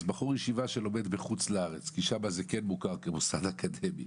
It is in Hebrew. בחור ישיבה שלומד בחו"ל כי שם זה מוכר כמוסד אקדמי